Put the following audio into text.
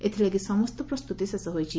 ଏଥିଲାଗି ସମସ୍ତ ପ୍ରସ୍ତୁତି ଶେଷ ହୋଇଛି